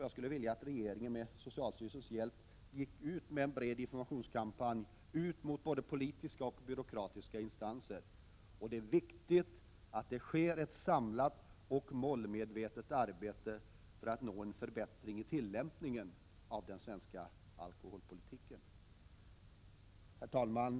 Jag skulle vilja att regeringen, med hjälp av socialstyrelsen, startade en bred informationskampanj bland både politiska och byråkratiska instanser. Det är ju viktigt att det sker ett samlat och målmedvetet arbete för att uppnå en förbättrad tillämpning när det gäller den svenska alkoholpolitiken. Herr talman!